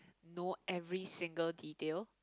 know every single detail